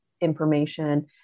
information